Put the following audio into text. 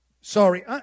Sorry